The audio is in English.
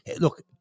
look